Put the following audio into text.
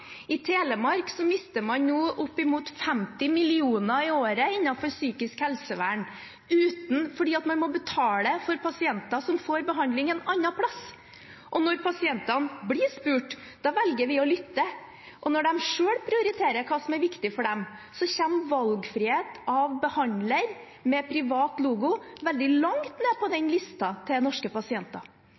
I Telemark mister man nå opp mot 50 mill. kr i året innenfor psykisk helsevern fordi man må betale for pasienter som får behandling en annen plass. Og når pasientene blir spurt, velger vi å lytte. Når de selv prioriterer hva som er viktig for dem, kommer valgfrihet når det gjelder å velge behandler med privat logo, veldig langt ned på den listen for norske pasienter.